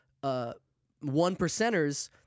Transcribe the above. one-percenters